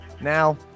Now